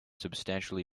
substantially